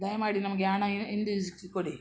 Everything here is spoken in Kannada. ದಯಮಾಡಿ ನಮಗೆ ಹಣ ಯು ಹಿಂದಿರುಗ್ಸಿ ಕೊಡಿ